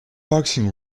boxing